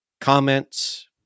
comments